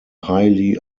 highly